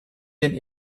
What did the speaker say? den